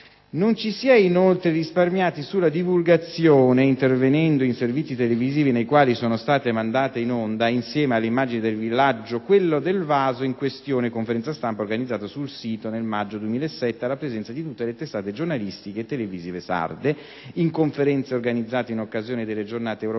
Non ci si è inoltre risparmiati sulla divulgazione, intervenendo in servizi televisivi nei quali sono state mandate in onda, insieme alle immagini del villaggio, quelle del vaso in questione (conferenza stampa organizzata sul sito nel maggio 2007 alla presenza di tutte le testate giornalistiche e televisive sarde), in conferenze organizzate in occasione delle Giornate europee